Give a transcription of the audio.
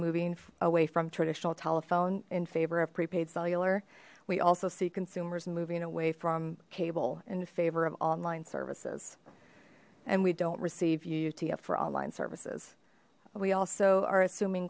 moving away from traditional telephone in favor of prepaid cellular we also see consumers moving away from cable in favor of online services and we don't receive you utf for online services we also are assuming